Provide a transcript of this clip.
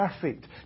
perfect